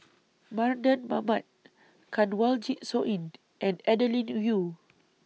Mardan Mamat Kanwaljit Soin and Adeline